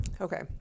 Okay